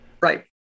Right